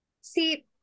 See